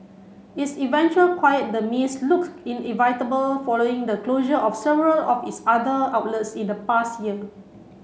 its eventual quiet demise looked inevitable following the closure of several of its other outlets in the past year